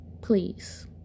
Please